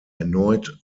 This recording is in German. erneut